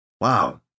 Wow